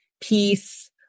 peace